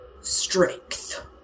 strength